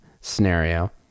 scenario